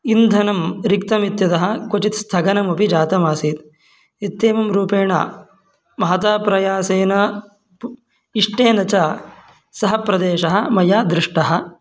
इन्धनं रिक्तम् इत्यतः क्वचित् स्थगनमपि जातम् आसीत् इत्येवं रूपेण महता प्रयासेन प् इष्टेन च सः प्रदेशः मया दृष्टः